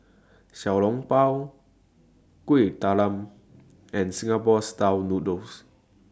Xiao Long Bao Kueh Talam and Singapore Style Noodles